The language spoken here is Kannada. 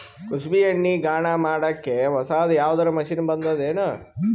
ಕುಸುಬಿ ಎಣ್ಣೆ ಗಾಣಾ ಮಾಡಕ್ಕೆ ಹೊಸಾದ ಯಾವುದರ ಮಷಿನ್ ಬಂದದೆನು?